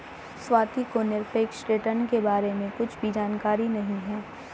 स्वाति को निरपेक्ष रिटर्न के बारे में कुछ भी जानकारी नहीं है